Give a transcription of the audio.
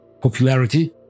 popularity